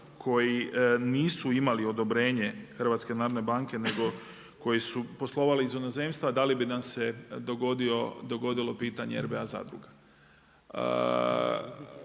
koji nisu imali odobrenje HNB-a nego koji su poslovali iz inozemstva, da li bi nam se dogodilo pitanje RBA zadruga.